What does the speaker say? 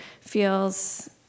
feels